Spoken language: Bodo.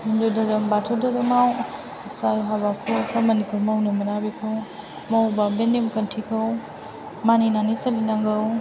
हिन्दु धोरोम बाथौ दोरोमाव जाय हाबाखौ खामानिखौ मावनो मोना बिखौ मावोबा बे नेमखान्थिखौ मानिनानै सोलिनांगौ